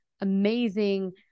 amazing